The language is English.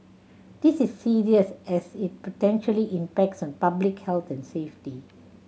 this is serious as it potentially impacts on public health and safety